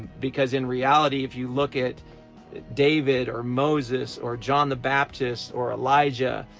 because in reality if you look at david or moses or john the baptist or elijah